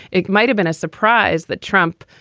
it might have been a surprise that trump,